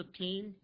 15